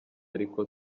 ariko